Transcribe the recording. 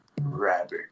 Rabbit